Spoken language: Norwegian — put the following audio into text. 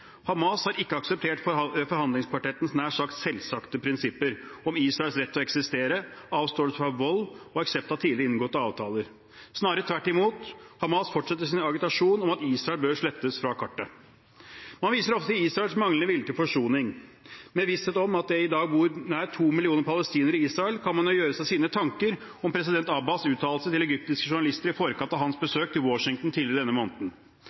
Hamas har ikke akseptert forhandlingskvartettens nær sagt selvsagte prinsipper om Israels rett til å eksistere, avståelse fra vold og aksept av tidligere inngåtte avtaler. Snarere tvert imot, Hamas fortsetter sin agitasjon om at Israel bør slettes fra kartet. Man viser ofte til Israels manglende vilje til forsoning. Med visshet om at det i dag bor nær to millioner palestinere i Israel, kan man gjøre seg sine tanker om president Abbas’ uttalelser til egyptiske journalister: